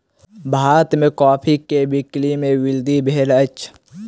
भारत में कॉफ़ी के बिक्री में वृद्धि भेल अछि